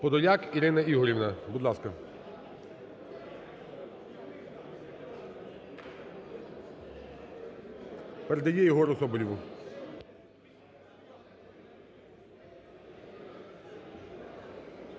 Подоляк Ірина Ігорівна, будь ласка. Передає Єгору Соболєву.